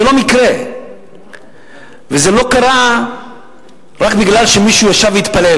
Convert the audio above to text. זה לא מקרה וזה לא קרה רק כי מישהו ישב והתפלל.